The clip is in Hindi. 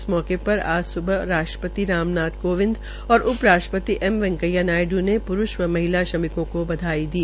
इस अवसर पर आज स्बह राष्ट्रपति राम नाथ कोविंद और उपराष्ट्रपति वैकेया नायड् ने प्रूष व महिला श्रमिकों केा बधाई दी